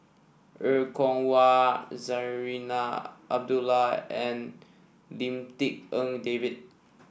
Er Kwong Wah Zarinah Abdullah and Lim Tik En David